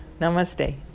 Namaste